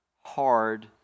hard